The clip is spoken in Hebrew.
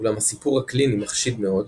אולם הסיפור הקליני מחשיד מאוד